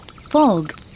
Fog